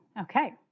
Okay